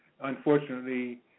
unfortunately